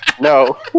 no